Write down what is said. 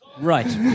Right